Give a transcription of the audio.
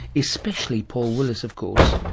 especially paul willis of course.